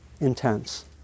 intense